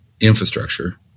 infrastructure